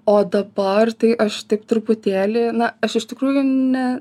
o dabar tai aš taip truputėlį na aš iš tikrųjų ne